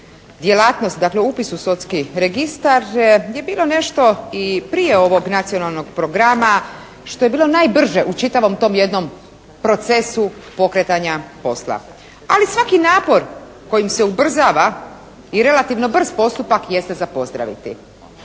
djelatnosti dakle upis u sudski registar je bilo nešto i prije ovog Nacionalnog programa što je bilo najbrže u čitavom tom jednom procesu pokretanja posla. Ali svaki napor kojim se ubrzava i relativno brz postupak jeste za pozdraviti.